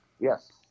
Yes